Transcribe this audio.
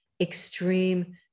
extreme